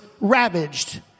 ravaged